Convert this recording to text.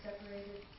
separated